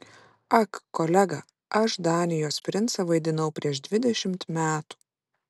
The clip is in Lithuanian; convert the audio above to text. ak kolega aš danijos princą vaidinau prieš dvidešimt metų